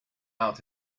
out